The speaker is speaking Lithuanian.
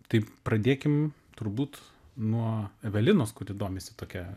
tai pradėkim turbūt nuo evelinos kuri domisi tokia